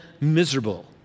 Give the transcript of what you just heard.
miserable